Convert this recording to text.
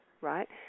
right